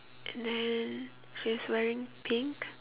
and then she's wearing pink